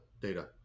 data